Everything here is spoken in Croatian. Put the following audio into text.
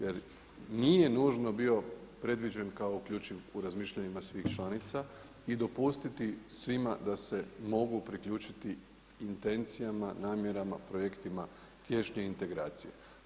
Jer nije nužno bio predviđen kao uključiv u razmišljanjima svih članica i dopustiti svima da se mogu priključiti intencijama, namjerama, projektima tješnje integracije.